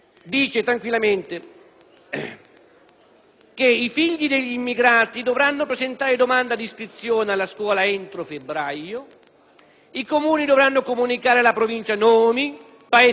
che i figli degli immigrati dovranno presentare domanda di iscrizione alla scuola entro febbraio, i Comuni dovranno comunicare alla Provincia nome, paesi d'origine e lingua madre degli studenti,